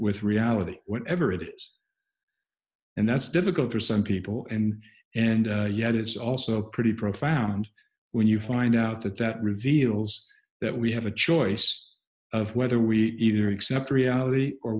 with reality whatever it is and that's difficult for some people and and yet it's also pretty profound when you find out that that reveals that we have a choice of whether we either accept reality or